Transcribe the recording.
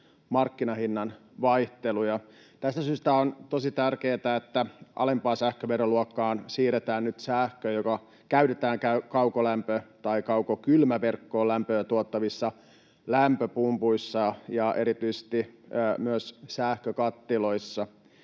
markkinahinnan vaihteluja. Tästä syystä on tosi tärkeätä, että alempaan sähköveroluokkaan siirretään nyt sähkö, jota käytetään kaukolämpö- ja kaukokylmäverkkoon lämpöä tuottavissa lämpöpumpuissa ja erityisesti myös sähkökattiloissa.